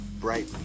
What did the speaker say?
bright